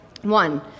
One